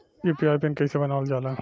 UPI PIN कइसे बनावल जाला?